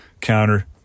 counter